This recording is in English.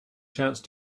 chance